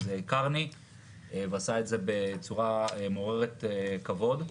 זה קרני והוא עשה את זה בצורה מעוררת כבוד,